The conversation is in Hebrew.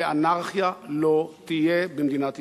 ואנרכיה לא תהיה במדינת ישראל.